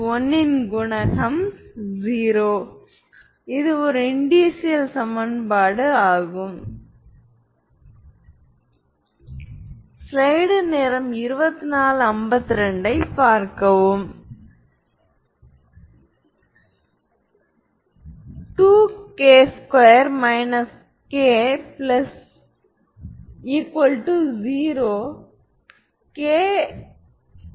λ1 λ2 தனித்துவமான ஐகென் மதிப்புகளாக இருக்கட்டும் பின்னர் ஐகென் வெக்டார்கள் v1 மற்றும் v2 ஆகியவை ஆர்த்தோகோனல் ஆகும்